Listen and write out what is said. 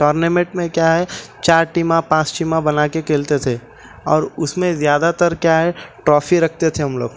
tournament میں کیا ہے چار ٹیمیں پانچ ٹیمیں بنا کے کے کھیلتے تھے اور اس میں زیادہ تر کیا ہے ٹرافی رکھتے تھے ہم لوگ